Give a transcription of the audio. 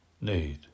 need